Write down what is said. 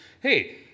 hey